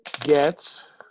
get